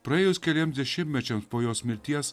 praėjus keliems dešimtmečiams po jos mirties